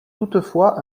toutefois